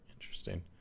interesting